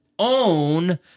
own